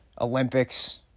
Olympics